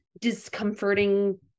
discomforting